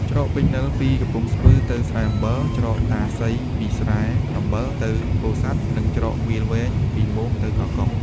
ច្រកពេជ្រនិល ពីកំពង់ស្ពឺទៅស្រែអំបិល ច្រកតាសីពីស្រែ អំបិលទៅពោធិសាត់ និងច្រកវាលវែង ពីរមោងទៅកោះកុង ។